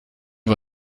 wir